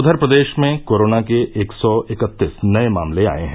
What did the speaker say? उधर प्रदेश में कोरोना के एक सौ इकत्तीस नये मामले आये हैं